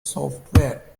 software